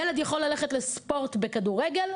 ילד יכול ללכת לספורט בכדורגל,